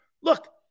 Look